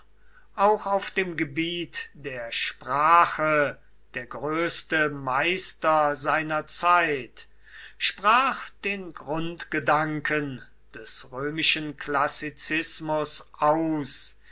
auch auf dem gebiet der sprache der größte meister seiner zeit sprach den grundgedanken des römischen klassizismus aus